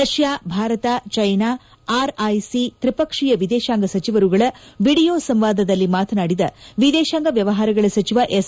Russia Bharat China RIC ತ್ರಿಪಕ್ಷೀಯ ವಿದೇಶಾಂಗ ಸಚಿವರುಗಳ ವಿಡಿಯೋ ಸಂವಾದದಲ್ಲಿ ಮಾತನಾಡಿದ ವಿದೇಶಾಂಗ ವ್ಯವಹಾರಗಳ ಸಚಿವ ಎಸ್